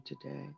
today